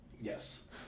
Yes